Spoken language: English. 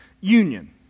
union